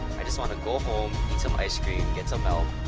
i just want to go home, eat some ice cream, get some milk,